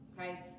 Okay